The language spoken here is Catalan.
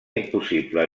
impossible